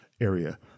area